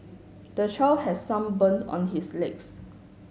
the child has some burns on his legs